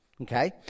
Okay